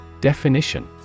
Definition